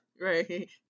Right